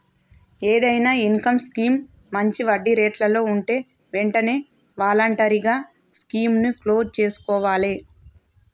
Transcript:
ఏదైనా income scheme మంచి వడ్డీరేట్లలో వుంటే వెంటనే వాలంటరీగా స్కీముని క్లోజ్ చేసుకోవాలే